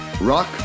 Rock